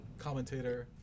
commentator